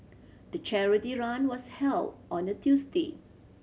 the charity run was held on a Tuesday